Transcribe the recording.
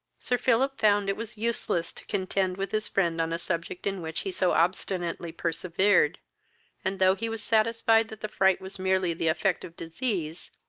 sir philip found it was useless to contend with his friend on a subject in which he so obstinately persevered and, though he was satisfied that the fright was merely the effect of disease,